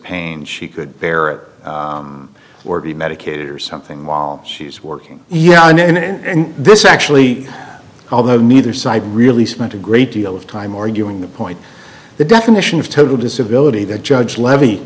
pain she could bear or be medicated or something while she's working yeah and this actually although neither side really spent a great deal of time arguing the point the definition of total disability the judge l